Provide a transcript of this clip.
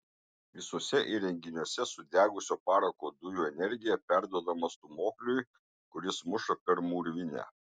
visuose įrenginiuose sudegusio parako dujų energija perduodama stūmokliui kuris muša per mūrvinę